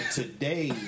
today